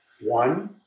One